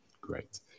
great